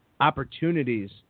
opportunities